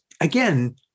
again